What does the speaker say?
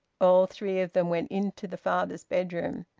all three of them went into the father's bedroom.